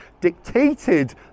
dictated